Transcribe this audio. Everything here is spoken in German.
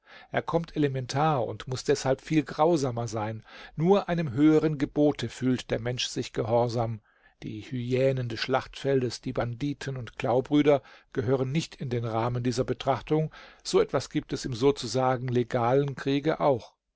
er kommt elementar und muß deshalb viel grausamer sein nur einem höheren gebote fühlt der mensch sich gehorsam die hyänen des schlachtfeldes die banditen und klaubrüder gehören nicht in den rahmen dieser betrachtung so etwas gibt es im sozusagen legalen kriege auch